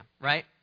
right